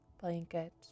blanket